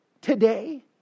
today